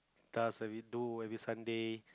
does do every Sunday